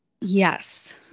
Yes